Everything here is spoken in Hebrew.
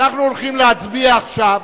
אנחנו הולכים להצביע עכשיו